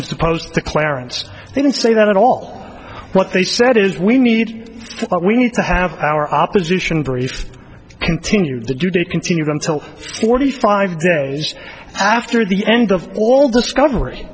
and supposed to clarence they didn't say that at all what they said is we need we need to have our opposition briefs continue to do they continue until forty five days after the end of all discovery